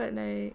but like